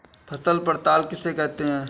फसल पड़ताल किसे कहते हैं?